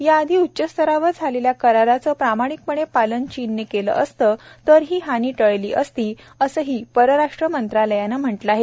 याआधी उच्चस्तरावर झालेल्या कराराचं प्रामाणिकपणे पालन चीननं केलं असतं तर ही हानी टळली असती असंही परराष्ट्र मंत्रालयानं म्हटलंय